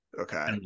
okay